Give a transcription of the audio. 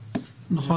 בבקשה.